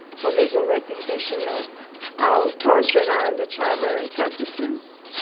for legal recognition of our torres strait islander child rearing practices